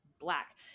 black